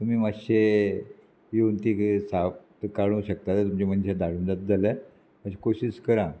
तुमी मातशे येवन तींग साफ काडूंक शकता तुमच्या मनशांक धाडूंक जाता जाल्यार मात्शी कोशिश करा